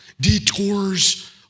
detours